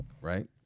right